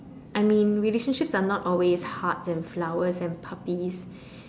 I mean relationships are not always hearts and flowers and puppies